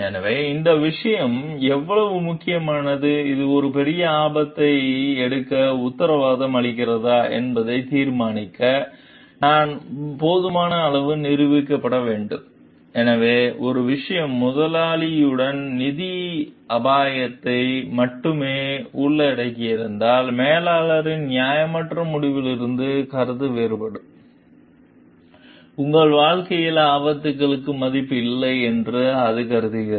எனவே இந்த விஷயம் எவ்வளவு முக்கியமானது அது ஒரு பெரிய ஆபத்தை எடுக்க உத்தரவாதம் அளிக்கிறதா என்பதை தீர்மானிக்க நாம் போதுமான அளவு நிரூபிக்கப்பட வேண்டும் எனவே ஒரு விஷயம் முதலாளியுடன் நிதி அபாயத்தை மட்டுமே உள்ளடக்கியிருந்தால் மேலாளரின் நியாயமற்ற முடிவிலிருந்து கருத்து வேறுபாடு உங்கள் வாழ்க்கைக்கு ஆபத்துகளுக்கு மதிப்பு இல்லை என்று அது கருதுகிறது